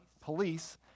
police